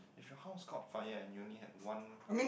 if your horse caught fire and you only had one